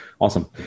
awesome